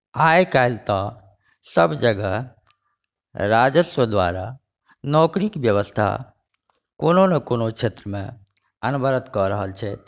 आइ काल्हि तऽ सभजगह राजस्व द्वारा नौकरीक व्यवस्था कोनो ने कोनो क्षेत्रमे अनवरत कऽ रहल छथि